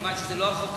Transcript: מכיוון שזה לא החוק הזה,